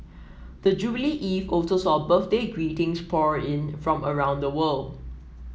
the jubilee eve also saw birthday greetings pour in from around the world